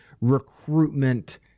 recruitment